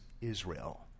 Israel